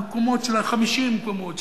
המקומות של 50 מקומות,